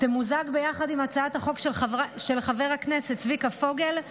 תמוזג עם הצעת החוק של חבר הכנסת צביקה פוגל,